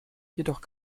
jedoch